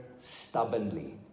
stubbornly